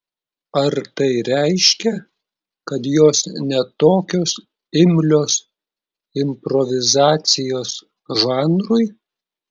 ar tai reiškia kad jos ne tokios imlios improvizacijos žanrui